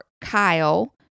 Kyle